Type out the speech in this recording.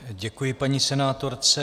Děkuji paní senátorce.